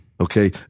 Okay